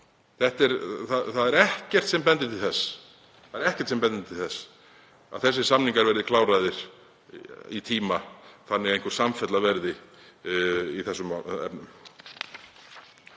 Það er ekkert sem bendir til þess að samningar verði kláraðir í tíma þannig að einhver samfella verði í þessum efnum.